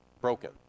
broken